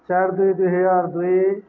ଚାରି ଦୁଇ ଦୁଇ ହଜାର ଦୁଇ